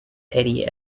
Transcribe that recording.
teddy